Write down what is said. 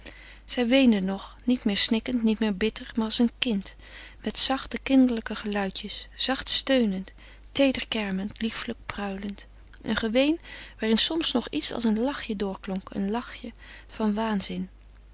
zij weende nog niet meer snikkend niet meer bitter maar als een kind met zachte kinderlijke geluidjes zacht steunend teeder kermend lieflijk pruilend een geween waarin soms nog iets als een lachje doorklonk een lachje van waanzin